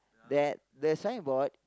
that the signboard